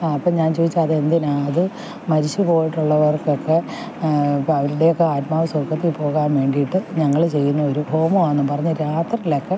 ആ അപ്പോൾ ഞാൻ ചോദിച്ചു അതെന്തിനാണ് അത് മരിച്ച് പോയിട്ടുള്ളവർക്കൊക്കെ അപ്പം അവരുടെയൊക്കെ ആത്മാവ് സ്വർഗ്ഗത്തിൽ പോകാൻ വേണ്ടിയിട്ട് ഞങ്ങൾ ചെയ്യുന്ന ഒരു ഹോമം ആണെന്നും പറഞ്ഞ് രാത്രിയിലൊക്കെ